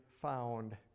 found